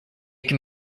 can